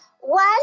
One